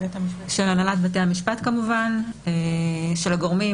של הנהלת בתי המשפט כמובן, של הגורמים.